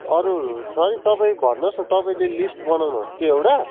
अरू छ है तपाईँ भन्नुहोस् न तपाईँले लिस्ट बनाउनु होस् कि एउटा